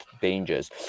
dangers